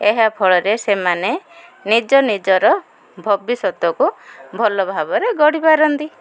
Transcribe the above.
ଏହାଫଳରେ ସେମାନେ ନିଜ ନିଜର ଭବିଷ୍ୟତକୁ ଭଲ ଭାବରେ ଗଢ଼ିପାରନ୍ତି